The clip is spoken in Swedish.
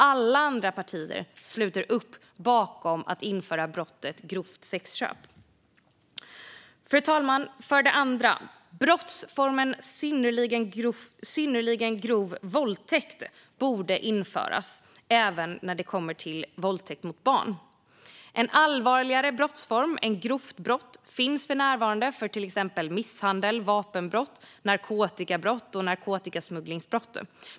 Alla andra partier sluter upp bakom att införa brottet grovt sexköp. Fru talman! För det andra: Brottsformen synnerligen grovt brott borde införas även när det kommer till våldtäkt mot barn. En allvarligare brottsform än grovt brott finns för närvarande för till exempel misshandel, vapenbrott, narkotikabrott och narkotikasmugglingsbrott.